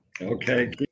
Okay